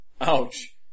Ouch